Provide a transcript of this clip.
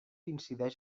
incideix